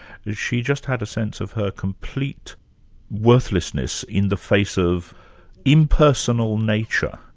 she just had a sense of her complete worthlessness in the face of impersonal nature,